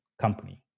company